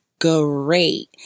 great